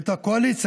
ואת הקואליציה,